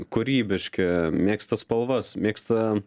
kūrybiški mėgsta spalvas mėgsta